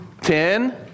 Ten